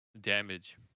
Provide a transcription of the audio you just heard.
damage